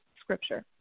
Scripture